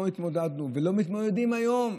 מפני שבפועל לא התמודדנו ולא מתמודדים היום,